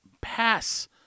pass